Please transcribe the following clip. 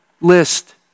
list